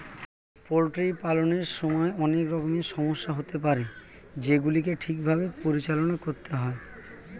poultry পালনের সময় অনেক রকমের সমস্যা হতে পারে যেগুলিকে ঠিক ভাবে পরিচালনা করতে হয়